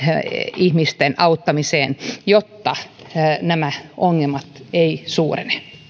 ihmisten auttamiseen jotta nämä ongelmat eivät suurene